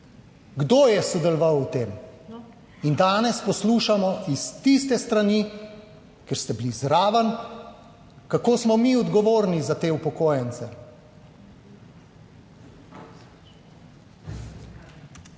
Kdo je sodeloval v tem? In danes poslušamo iz tiste strani, ker ste bili zraven, kako smo mi odgovorni za te upokojence.